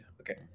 Okay